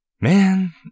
man